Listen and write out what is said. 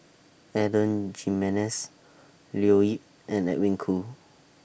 Adan Jimenez Leo Yip and Edwin Koo